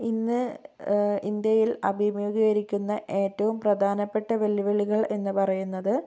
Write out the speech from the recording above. ഇന്ന് ഇന്ത്യയിൽ അഭിമുഖീകരിക്കുന്ന ഏറ്റവും പ്രധാനപ്പെട്ട വെല്ലുവിളികൾ എന്ന് പറയുന്നത്